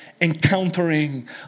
encountering